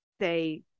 say